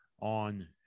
on